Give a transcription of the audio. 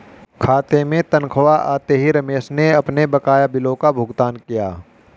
खाते में तनख्वाह आते ही रमेश ने अपने बकाया बिलों का भुगतान किया